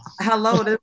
Hello